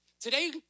Today